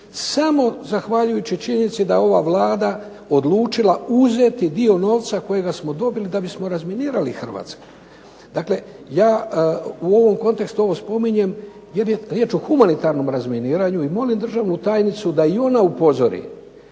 samo zahvaljujući činjenici da je ova Vlada odlučila uzeti dio novca kojega smo dobili da bismo razminirali Hrvatsku. Dakle, ja u ovom kontekstu ovo spominjem jer je riječ o humanitarnom razminiranju i molim državnu tajnicu da i ona upozori